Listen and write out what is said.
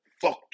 fuck